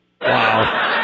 Wow